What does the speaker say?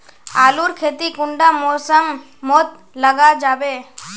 आलूर खेती कुंडा मौसम मोत लगा जाबे?